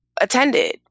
attended